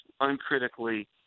uncritically